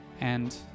and-